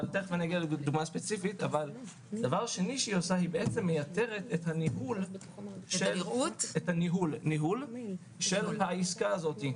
דבר שני שהיא עושה זה לייתר את הניהול של העסקה הזאת.